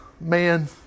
Man